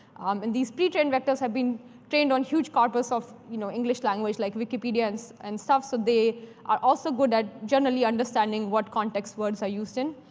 and these pre-trained vectors have been trained on huge corpus of you know english language, like wikipedia and stuff, so they are also good at generally understanding what context words are used in.